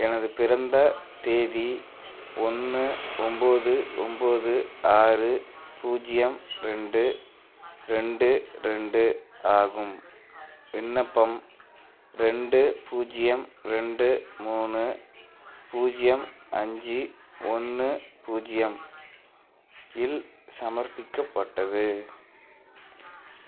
எனது பிறந்த தேதி ஒன்று ஒன்போது ஒன்போது ஆறு பூஜ்ஜியம் ரெண்டு ரெண்டு ரெண்டு ஆகும் விண்ணப்பம் ரெண்டு பூஜ்ஜியம் ரெண்டு மூணு பூஜ்ஜியம் அஞ்சு ஒன்று பூஜ்ஜியம் இல் சமர்ப்பிக்கப்பட்டது